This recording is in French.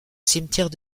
cimetière